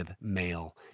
male